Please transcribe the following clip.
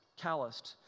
calloused